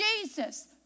Jesus